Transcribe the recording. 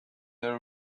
there